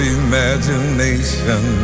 imagination